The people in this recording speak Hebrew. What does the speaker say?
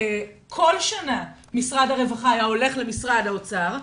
כל שנה משרד הרווחה היה הולך למשרד האוצר,